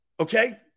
Okay